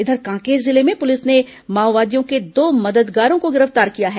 इधर कांकेर जिले में पुलिस ने माओवादियों के दो मददगारों को गिरफ्तार किया है